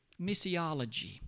Missiology